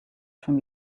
from